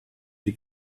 die